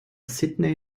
sydney